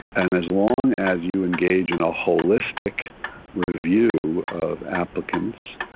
and as long as you engage in a holistic review of applicants,